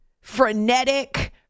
frenetic